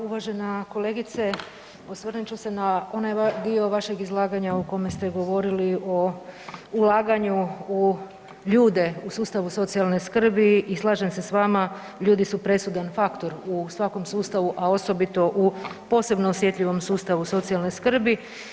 Uvažena kolegice, osvrnut ću se na onaj dio vašeg izlaganja o kome ste govorili o ulaganju u ljude u sustavu socijalne skrbi i slažem se s vama, ljudi su presudan faktor u svakom sustavu, a osobito u posebno osjetljivom sustavu socijalne skrbi.